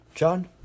John